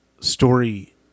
story